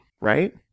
right